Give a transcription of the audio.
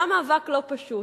היה מאבק לא פשוט,